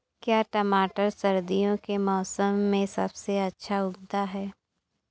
क्या टमाटर सर्दियों के मौसम में सबसे अच्छा उगता है?